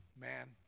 man